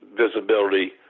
visibility